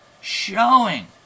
showing